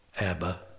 Abba